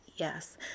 Yes